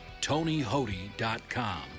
TonyHody.com